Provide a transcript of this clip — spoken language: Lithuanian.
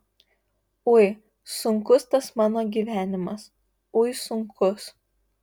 ui sunkus tas mano gyvenimas ui sunkus